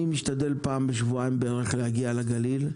אני משתדל פעם בשבועיים בערך להגיע לגליל,